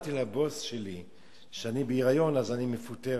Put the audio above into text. הודעתי לבוס שלי שאני בהיריון אז אני מפוטרת.